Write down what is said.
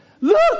Look